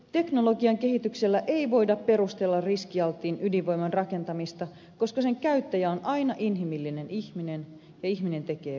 teknologian kehityksellä ei voida perustella riskialttiin ydinvoiman rakentamista koska sen käyttäjä on aina inhimillinen ihminen ja ihminen tekee virheitä